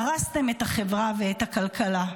הרסתם את החברה" ואת הכלכלה.